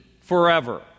forever